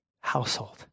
household